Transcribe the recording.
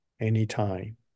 anytime